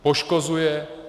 Poškozuje.